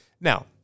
Now